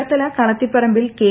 Cherthala Kalathiparambil K